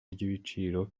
ry’ibiciro